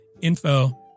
info